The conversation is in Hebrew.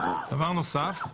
דבר נוסף,